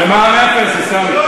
זה מע"מ אפס, עיסאווי.